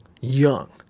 Young